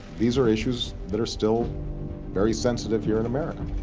these are issues that are still very sensitive here in america.